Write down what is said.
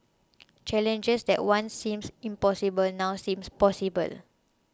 challenges that once seemed impossible now seem possible